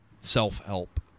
self-help